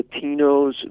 Latinos